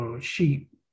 sheep